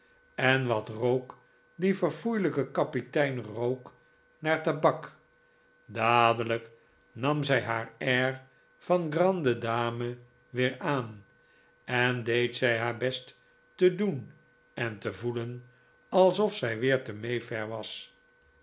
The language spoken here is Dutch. en wat rook die verfoeilijke kapitein rook naar tabak dadelijk nam zij haar air van grande dame weer aan en deed zij haar best te doen en te voelen alsof zij weer te may fair was